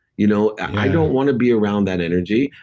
you know i don't want to be around that energy.